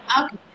Okay